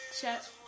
chat